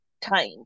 time